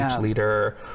leader